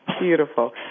Beautiful